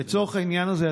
לצורך העניין הזה,